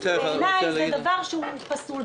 בעיניי זה דבר שהוא פסול.